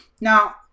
Now